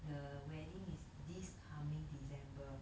the wedding is this coming december